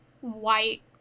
white